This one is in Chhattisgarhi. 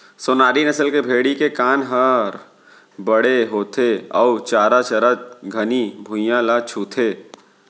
सोनारी नसल के भेड़ी के कान हर बड़े होथे अउ चारा चरत घनी भुइयां ल छूथे